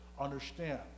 understand